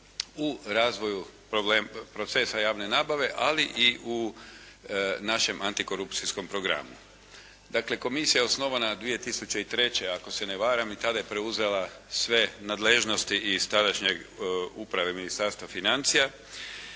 u razvoju procesa javne nabave ali i u našem antikorupcijskom programu. Dakle, Komisija je osnovana 2003. ako se ne varam, i tada je preuzela sve nadležnosti iz sadašnje uprave Ministarstva financija